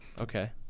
Okay